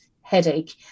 headache